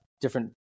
different